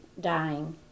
dying